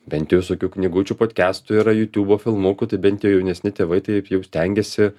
bent jau visokių knygučių podkestų yra jutiubo filmukų tai bent jau jaunesni tėvai taip jau stengiasi